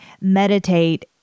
meditate